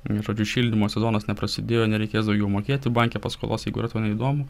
žodžiu šildymo sezonas neprasidėjo nereikės daugiau mokėti banke paskolos jeigu yra tau neįdomu